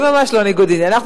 היא ממש לא ניגוד עניינים.